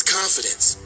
confidence